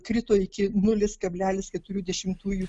krito iki nulis kablelis keturių dešimtųjų